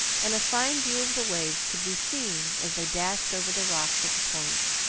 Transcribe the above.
and a fine view of the waves could be seen as they dashed over the rocks at the point.